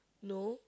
no